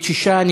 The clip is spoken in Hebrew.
6,